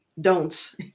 don'ts